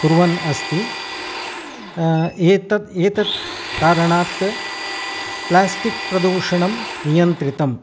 कुर्वन् अस्ति एतद् एतद् कारणाद् प्लेस्टिक् प्रदूषणं नियन्त्रितम्